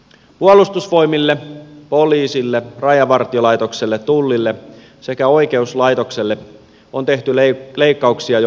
puolustusvoimille poliisille rajavartiolaitokselle tullille sekä oikeuslaitokselle on tehty leikkauksia jo aivan liikaa